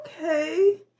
Okay